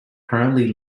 currently